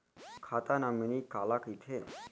खाता नॉमिनी काला कइथे?